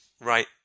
Right